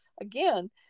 again